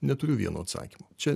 neturiu vieno atsakymo čia